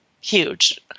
huge